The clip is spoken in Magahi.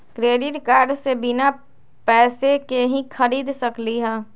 क्रेडिट कार्ड से बिना पैसे के ही खरीद सकली ह?